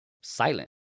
silent